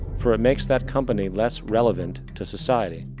for it makes that company less relevant to society.